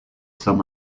some